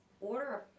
Order